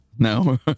No